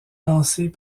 lancés